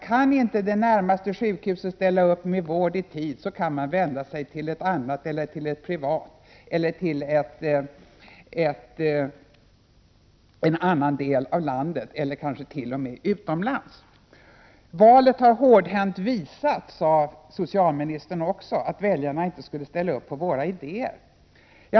Kan inte det närmaste sjukhuset ställa upp med vård i tid, kan man vända sig till ett annat sjukhus eller till ett privatsjukhus. Man kan söka vård i en annan del av landet eller kanske t.o.m. vända sig utomlands. Valet har hårdhänt visat, sade socialministern, att väljarna inte skulle ställa upp på våra idéer.